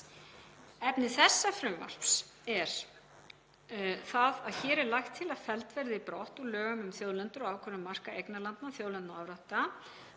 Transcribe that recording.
Efni þessa frumvarps er það að hér er lagt til að felld verði brott úr lögum um þjóðlendur og ákvörðun marka eignarlanda, þjóðlendna og